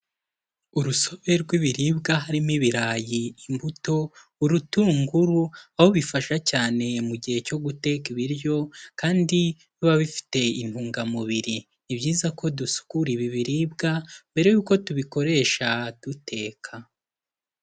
Urusobe rw'ibiribwa harimo ibirayi, imbuto, urutunguru aho bifasha cyane mu gihe cyo guteka ibiryo kandi biba bifite intungamubiri, ni byiza ko dusukura ibi biribwa mbere yuko tubikoresha duteka.